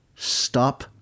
stop